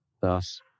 Thus